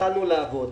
התחלנו לעבוד.